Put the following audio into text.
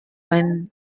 quien